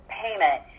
payment